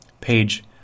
Page